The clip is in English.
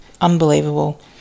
unbelievable